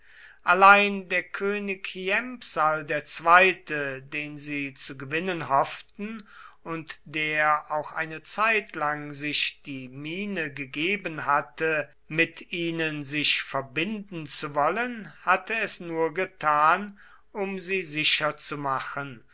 allein der könig hiempsal ii den sie zu gewinnen hofften und der auch eine zeitlang sich die miene gegeben hatte mit ihnen sich verbinden zu wollen hatte es nur getan um sie sicher zu machen